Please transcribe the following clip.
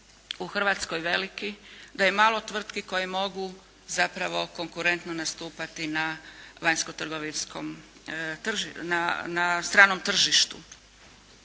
poslovanju veliki, da je malo tvrtki koje mogu zapravo konkurentno nastupati na vanjsko